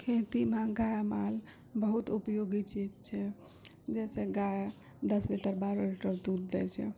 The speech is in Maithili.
खेतीमे गाए माल बहुत उपयोगी चीज छै जैसे गाए दस लीटर बारह लीटर दूध दै छै